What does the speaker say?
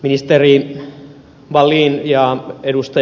ministeri wallin ja ed